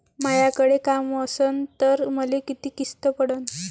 मायाकडे काम असन तर मले किती किस्त पडन?